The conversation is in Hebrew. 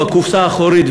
בקופסה האחורית,